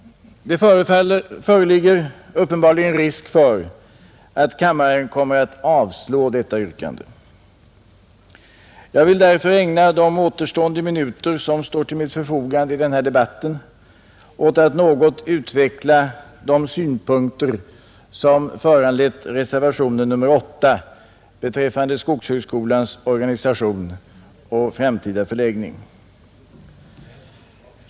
Det föreligger uppenbarligen risk för att kammaren kommer att avslå detta yrkande. Jag vill därför ägna de återstående minuter som står till mitt förfogande i denna debatt åt att något utveckla de synpunkter som föranlett reservation nr 8 beträffande skogshögskolans organisation och framtida förläggning.